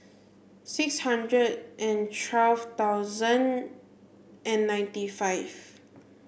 six hundred and twelve thousand and ninety five